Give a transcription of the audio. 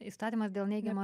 įstatymas dėl neigiamos